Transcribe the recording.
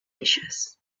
dishes